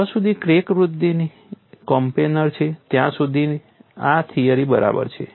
જ્યાં સુધી ક્રેકની વૃદ્ધિ કોપ્લેનર છે ત્યાં સુધી આ થિયરી બરાબર છે